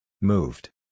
Moved